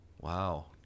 Wow